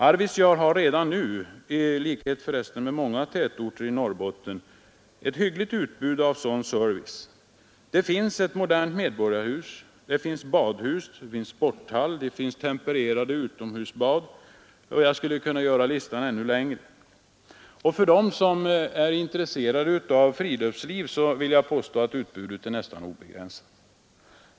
Arvidsjaur har redan nu — i likhet med många tätorter i Norrbotten — ett hyggligt utbud av sådan service. Det finns ett modernt medborgarhus, det finns badhus och sporthall, tempererat utomhusbad — jag skulle kunna göra listan längre. För dem som är intresserade av friluftsliv är utbudet närmast obegränsat.